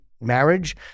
marriage